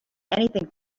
anything